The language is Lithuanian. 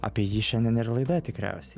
apie jį šiandien ir laidoje tikriausiai